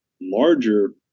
larger